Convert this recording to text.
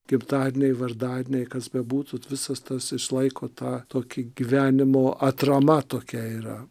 gimtadieniai vardadieniai kas bebūtų visas tas išlaiko tą tokį gyvenimo atrama tokia yra